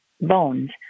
bones